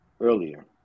Earlier